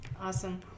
Awesome